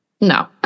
No